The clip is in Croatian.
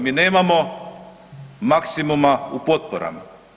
Mi nemamo maksimuma u potporama.